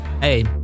hey